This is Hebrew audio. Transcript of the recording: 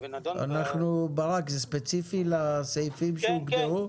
ונדון --- ברק, זה ספציפי לסעיפים שהוגדרו?